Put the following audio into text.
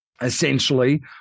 essentially